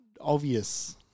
obvious